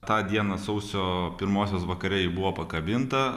tą dieną sausio pirmosios vakare ji buvo pakabinta